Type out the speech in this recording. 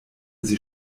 sie